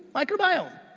microbiome,